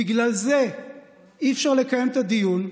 בגלל זה אי-אפשר לקיים את הדיון.